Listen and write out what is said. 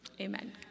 Amen